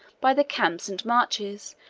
by the camps and marches,